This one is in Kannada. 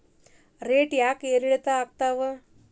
ರೇಟ್ ಯಾಕೆ ಏರಿಳಿತ ಆಗ್ತಾವ?